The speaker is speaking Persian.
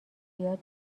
زیاد